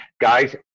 Guys